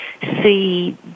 see